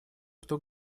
кто